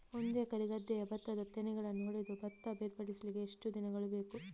ಒಂದು ಎಕರೆ ಗದ್ದೆಯ ಭತ್ತದ ತೆನೆಗಳನ್ನು ಹೊಡೆದು ಭತ್ತ ಬೇರ್ಪಡಿಸಲಿಕ್ಕೆ ಎಷ್ಟು ದಿನಗಳು ಬೇಕು?